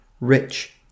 rich